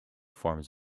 forms